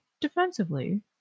defensively